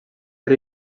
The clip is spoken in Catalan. per